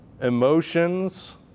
emotions